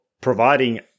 providing